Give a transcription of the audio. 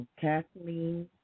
Kathleen